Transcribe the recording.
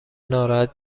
ناراحت